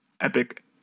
Epic